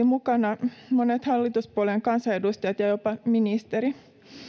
mukana monet hallituspuoleiden kansanedustajat ja jopa ministeri